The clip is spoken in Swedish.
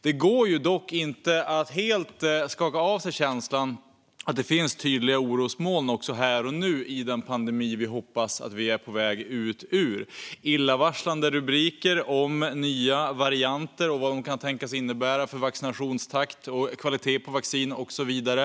Det går dock inte att helt skaka av sig känslan av att det här och nu finns tydliga orosmoln i den pandemi vi hoppas att vi är på väg ut ur. Vi ser illavarslande rubriker om nya varianter och vad de kan tänkas innebära för vaccinationstakt, kvalitet på vaccin och så vidare.